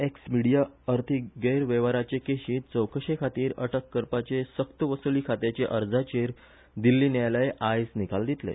x Media अर्थिक गैरवेव्हाराचे केशींत चौकशेखातीर अटक करपाचे सक्तवसुली खात्याचे अर्जाचेर दिल्ली न्यायालय आयज निकाल दितले